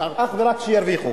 אך ורק כדי שירוויחו.